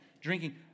drinking